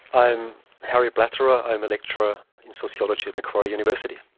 i'm harry blatterer, i'm a lecturer in sociology at macquarie university.